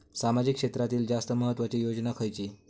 सामाजिक क्षेत्रांतील जास्त महत्त्वाची योजना खयची?